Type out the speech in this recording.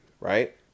right